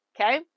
Okay